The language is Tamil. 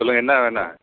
சொல்லுங்க என்ன வேணும்